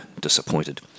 disappointed